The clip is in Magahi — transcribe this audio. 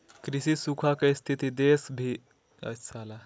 कृषि सूखा के स्थिति देश की अर्थव्यवस्था पर भारी प्रभाव डालेय हइ